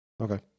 Okay